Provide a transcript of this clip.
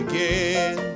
Again